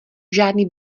žádný